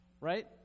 Right